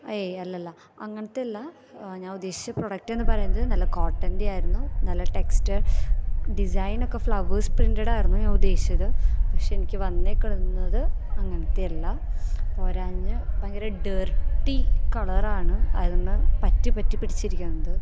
ഏയ് അല്ലല്ല അങ്ങനെത്തല്ല ഞാനുദ്ദേശിച്ചത് പ്രോഡക്റ്റ് എന്ന് പറയ്ന്നത് നല്ല കോട്ടന്റെ ആയിരുന്നു നല്ല ടെക്സ്റ്റര് ഡിസൈനൊക്കെ ഫ്ലവേര്സ് പ്രിന്റടാരുന്നു ഞാനുദേശിച്ചത് പക്ഷേ എനിക്ക് വന്നേക്കുന്നത് അങ്ങനെത്തെയല്ല പോരാഞ്ഞ് ഭയങ്കര ഡേര്ട്ടി കളറാണ് അതിൽ നിന്ന് പറ്റ് പറ്റിപ്പിടിച്ചിരിക്കണത്